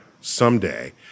someday